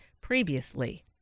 previously